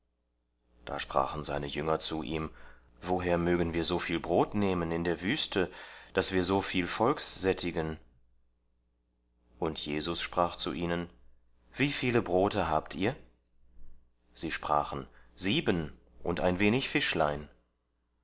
da sprachen seine jünger zu ihm woher mögen wir so viel brot nehmen in der wüste daß wir so viel volks sättigen und jesus sprach zu ihnen wie viel brote habt ihr sie sprachen sieben und ein wenig fischlein